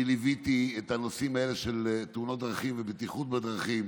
אני ליוויתי את הנושאים האלה של תאונות דרכים ובטיחות בדרכים